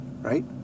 right